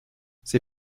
ses